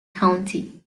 county